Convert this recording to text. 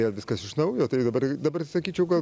vėl viskas iš naujo tai dabar dabar sakyčiau gal